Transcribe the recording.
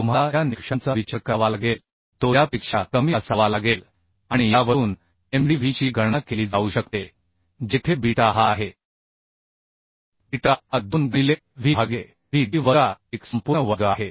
तर तुम्हाला या निकषांचा विचार करावा लागेल तो यापेक्षा कमी असावा लागेल आणि यावरून Mdv ची गणना केली जाऊ शकते जेथे बीटा हा आहे बीटा हा 2 गुणिले V भागिले Vd वजा 1 संपूर्ण वर्ग आहे